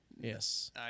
Yes